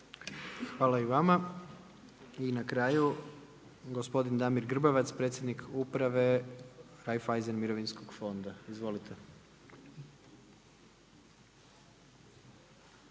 Hvala i vama. I na kraju gospodin Damir Grbavac, predsjednik Uprave Raiffeisen mirovinskog fonda. Izvolite.